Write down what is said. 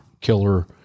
killer